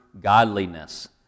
godliness